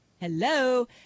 Hello